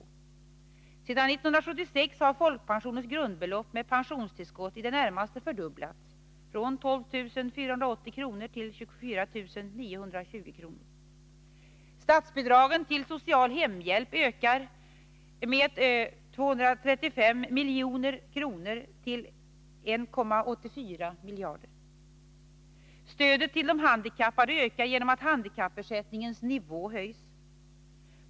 Sedan 1976 har folkpensionens grundbelopp med pensionstillskott i det närmaste fördubblats från 12 480 kr. till 24 920 kr. Stödet till handikappade ökar genom att handikappersättningens nivå höjs.